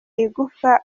igufa